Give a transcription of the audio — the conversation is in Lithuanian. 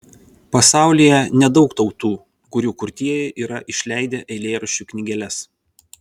pasaulyje nedaug tautų kurių kurtieji yra išleidę eilėraščių knygeles